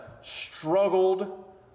struggled